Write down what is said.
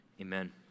Amen